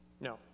no